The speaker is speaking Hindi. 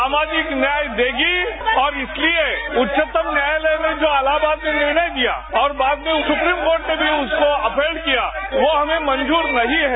सामाजिक न्याय देगी और इसलिए उच्चतम न्यायालय में जो इलाहाबाद में निर्णय दिया और बाद में सुप्रीम कोर्ट ने भी उसको अफेंड किया वो हमें मंजूर नहीं है